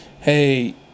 hey